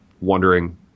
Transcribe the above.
wondering